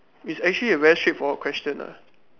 is actually a very straightforward question ah